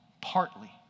partly